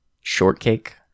shortcake